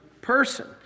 person